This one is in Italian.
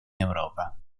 europa